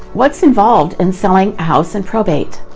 what's involved in selling a house in probate?